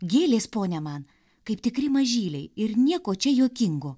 gėlės pone man kaip tikri mažyliai ir nieko čia juokingo